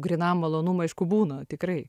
grynam malonumui aišku būna tikrai